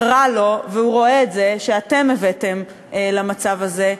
רע לו, והוא רואה שאתם הבאתם למצב הזה.